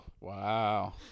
Wow